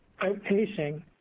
outpacing